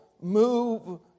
move